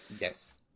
Yes